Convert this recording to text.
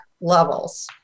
levels